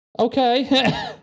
Okay